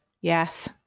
Yes